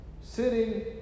sitting